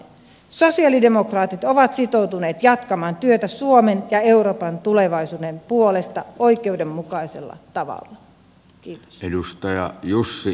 sosialidemokraatit ovat sitoutuneet jatkamaan työtä suomen ja euroopan tulevaisuuden puolesta oikeudenmukaisella tavalla